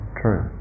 true